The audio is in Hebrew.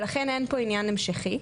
ולכן אין פה עניין המשכי.